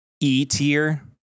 e-tier